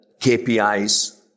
KPIs